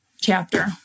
chapter